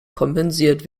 kompensiert